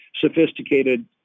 sophisticated